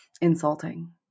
Insulting